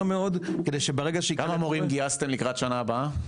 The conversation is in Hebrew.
מאוד כדי שברגע ש- -- כמה מורים גייסתם לקראת שנה הבאה?